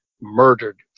murdered